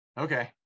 okay